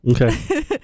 Okay